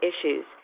issues